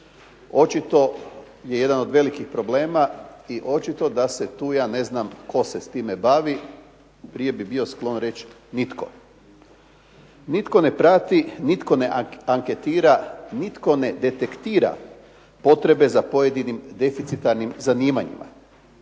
očito je jedan od velikih problema i očito da se tu, ja ne znam tko se s time bavi, prije bih bio sklon reći nitko. Nitko ne prati, nitko ne anketira, nitko ne detektira potrebe za pojedinim deficitarnim zanimanjima.